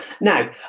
Now